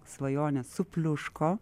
svajonė supliuško